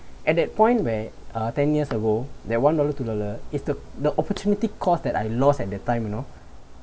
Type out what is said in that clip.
at that point where uh ten years ago that one dollar two dollar is the the opportunity cost that I lost at that time you know